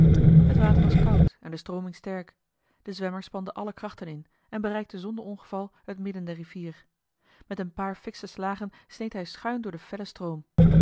het water was koud en de strooming sterk de zwemmer spande alle krachten in en bereikte zonder ongeval het midden der rivier met een paar fiksche slagen sneed hij schuin door den fellen stroom